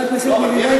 לא, אבל מי יחליט?